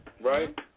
Right